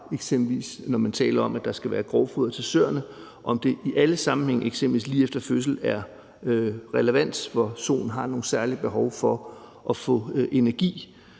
eksempelvis når man taler om, at der skal være grovfoder til søerne, og om det i alle sammenhænge, eksempelvis lige efter en fødsel, hvor soen har nogle særlige behov for at få energi,